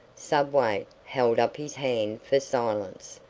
subway held up his hand for silence,